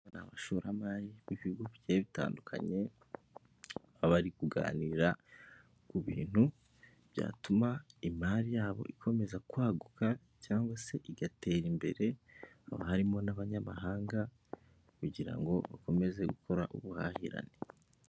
aba n'abashoramari b'ibihuguke bitandukanye bari kuganira ku bintu byatuma imari yabo ikomeza kwaguka cyangwa se igatera imbere harimo n'abanyamahanga kugira ngo bakomeze gukora ubuhahirane